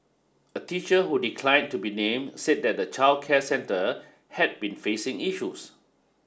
a teacher who declined to be named said that the childcare centre had been facing issues